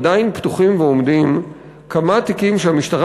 עדיין פתוחים ועומדים כמה תיקים שהמשטרה